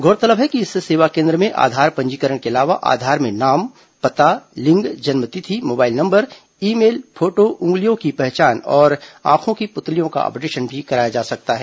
गौरतलब है कि इस सेवा केन्द्र में आधार पंजीकरण के अलावा आधार में नाम पता लिंग जन्म तिथि mobile number email photo उंगलियों की पहचान और आंखों की पुतलियों का अपडेशन भी कराया जा सकता है